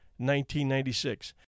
1996